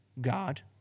God